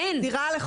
דירה לכל אחת.